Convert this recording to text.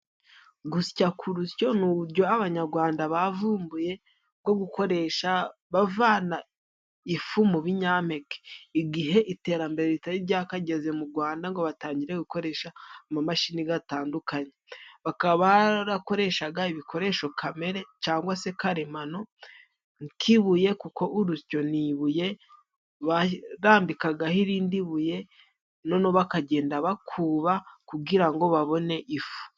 Gusya ku rusyo ni uburyo abanyarwanda bavumbuye bwo gukoresha bavana ifu mu binyampeke. Igihe iterambere ritari ryakageze mu Rwanda ngo batangire gukoresha amamashini gatandukanye, bakaba barakoreshaga ibikoresho kamere cyangwa se karemano nk'ibuye kuko urusyo ni ibuye barambikagaho irindi buye noneho bakagenda bakuba kugira ngo babone ifu.